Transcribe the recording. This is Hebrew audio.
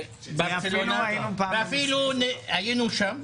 אפילו היינו שם.